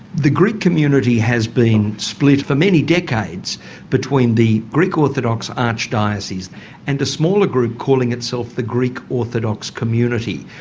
the greek community has been split for many decades between the greek orthodox archdiocese and a smaller group calling itself the greek orthodox community.